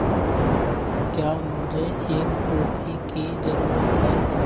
क्या मुझे एक टोपी की ज़रूरत है